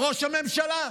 ראש הממשלה.